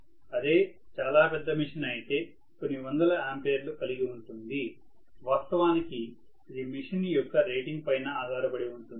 అదే చాలా పెద్ద మెషిన్ అయితే కొన్ని వందల ఆంపియర్లను కలిగి ఉంటుంది వాస్తవానికి ఇది మెషిన్ యొక్క రేటింగ్ పైన ఆధారపడి ఉంటుంది